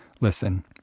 listen